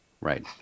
Right